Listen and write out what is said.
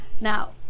Now